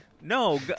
No